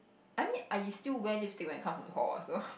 I mean I still wear lipstick when I come from hall what so